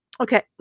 Okay